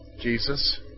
Jesus